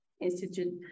Institute